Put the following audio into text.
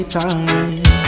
time